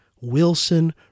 Wilson